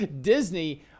Disney